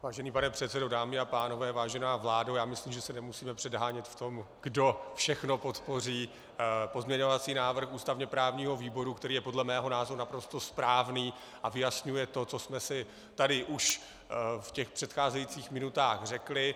Vážený pane předsedo, dámy a pánové, vážená vládo, já myslím, že se nemusíme předhánět v tom, kdo všechno podpoří pozměňovací návrh ústavněprávního výboru, který je podle mého názoru naprosto správný a vyjasňuje to, co jsme si tady už v těch předcházejících minutách řekli.